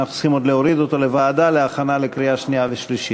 אנחנו צריכים עוד להוריד אותו לוועדה להכנה לקריאה שנייה ושלישית.